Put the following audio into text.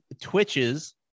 twitches